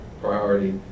priority